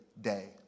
day